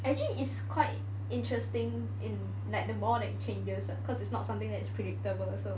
actually is quite interesting in like the more that it changes cause it's not something that is predictable so